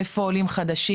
איפה העולים חדשים?